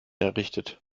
errichtet